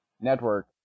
Network